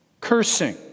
cursing